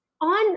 on